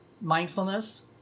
mindfulness